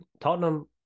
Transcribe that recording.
Tottenham